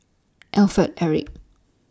Alfred Eric